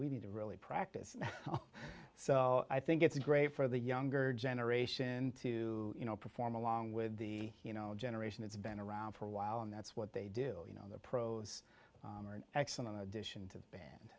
we need to really practice so i think it's great for the younger generation to you know perform along with the you know generation that's been around for a while and that's what they do you know the pros are an excellent addition to